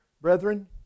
Brethren